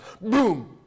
boom